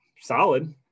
solid